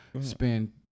spend